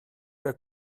her